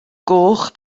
goch